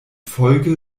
folge